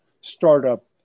startup